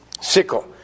sickle